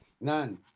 None